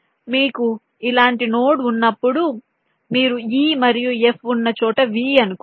మీకు ఇలాంటి నోడ్ ఉన్నప్పుడు మీకు e మరియు f ఉన్న చోట V అనుకుందాం